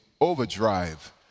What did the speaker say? overdrive